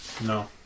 No